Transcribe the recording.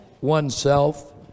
oneself